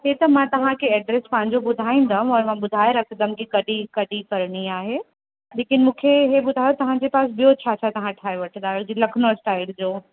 इहो त मां तवव्हांखे एड्रस पंहिंजो ॿुधाईंदमि औरि मां ॿुधाए रखंदमि की कॾहिं कॾहिं करणी आहे लेकिन मूंखे इहो ॿुधायो तव्हांजे पास ॿियो छा छा तव्हां ठाहे वठंदा आहियो जंहिं लखनऊ स्टाइल जो